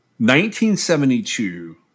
1972